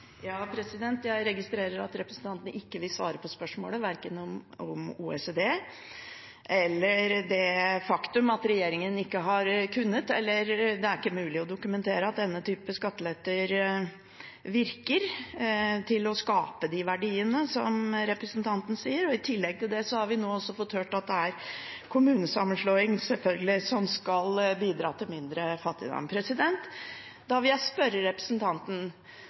Jeg registrerer at representanten ikke vil svare på spørsmålet, verken om OECD eller det faktum at regjeringen ikke har kunnet dokumentere – eller det er ikke mulig å dokumentere – at denne typen skatteletter virker når det gjelder å skape de verdiene som representanten nevner. I tillegg har vi nå fått høre at det selvfølgelig er kommunesammenslåing som skal bidra til mindre fattigdom.